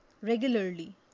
regularly